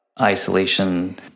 isolation